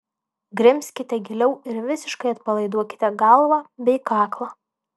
grimzkite giliau ir visiškai atpalaiduokite galvą bei kaklą